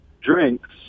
drinks